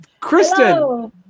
Kristen